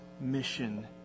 mission